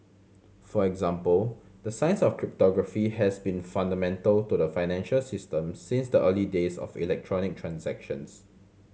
for example the science of cryptography has been fundamental to the financial system since the early days of electronic transactions